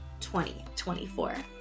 2024